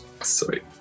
Sorry